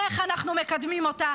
איך אנחנו מקדמים אותה,